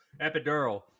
Epidural